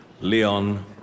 Leon